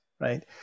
right